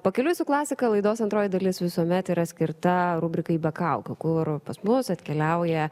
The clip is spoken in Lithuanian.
pakeliui su klasika laidos antroji dalis visuomet yra skirta rubrikai be kaukių kur pas mus atkeliauja